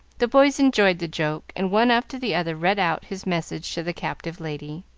the boys enjoyed the joke, and one after the other read out his message to the captive lady